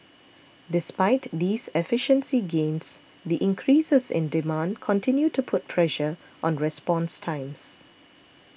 despite these efficiency gains the increases in demand continue to put pressure on response times